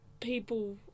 people